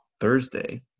thursday